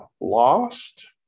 lost